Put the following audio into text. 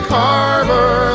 harbor